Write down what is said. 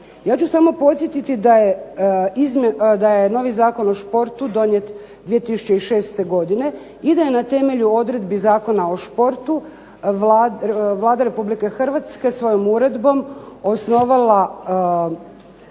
Ja ću samo podsjetiti da je novi Zakon o športu donijet 2006. godine i da je na temelju odredbi Zakona o športu Vlada Republike Hrvatske svojom uredbom osnovala